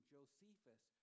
Josephus